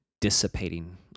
dissipating